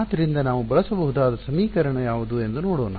ಆದ್ದರಿಂದ ನಾವು ಬಳಸಬಹುದಾದ ಸಮೀಕರಣ ಯಾವುದು ಎಂದು ನೋಡೋಣ